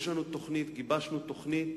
יש לנו תוכנית, גיבשנו תוכנית